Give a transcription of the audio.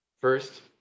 First